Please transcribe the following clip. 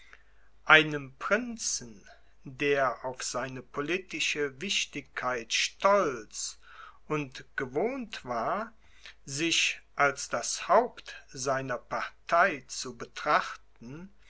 einem prinzen der auf seine politische wichtigkeit stolz und gewohnt war sich als das haupt seiner partei zu betrachten